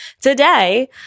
today